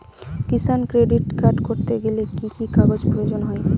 কিষান credit card করতে গেলে কি কি কাগজ প্রয়োজন হয়?